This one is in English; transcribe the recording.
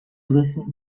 listen